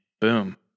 boom